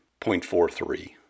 0.43